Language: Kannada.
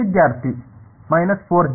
ವಿದ್ಯಾರ್ಥಿ